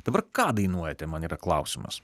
dabar ką dainuojate man yra klausimas